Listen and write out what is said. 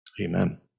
amen